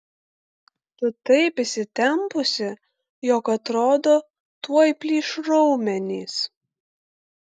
tu taip įsitempusi jog atrodo tuoj plyš raumenys